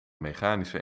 mechanische